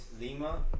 Lima